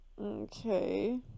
Okay